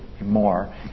more